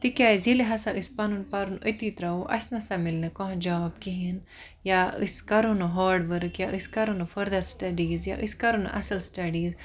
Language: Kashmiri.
تکیازِ ییٚلہِ ہَسا أسۍ پَنُن پَرُن أتی تراوو اَسہِ نَسا مِلنہٕ کانٛہہ جاب کِہیٖنۍ یا أسۍ کرو نہٕ ہاڈ ورک یا أسۍ کَرو نہٕ فردَر سٹیٚڈیٖز یا أسۍ کرو نہٕ اصل سٹیٚڈیٖز